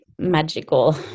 magical